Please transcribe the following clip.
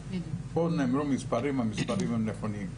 קודם נאמרו פה מספרים, והמספרים הם נכונים.